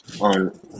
On